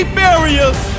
barriers